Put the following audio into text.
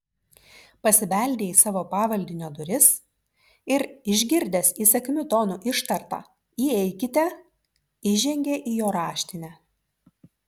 pasibeldė į savo pavaldinio duris ir išgirdęs įsakmiu tonu ištartą įeikite įžengė į jo raštinę